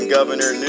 Governor